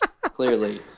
clearly